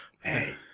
Hey